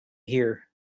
here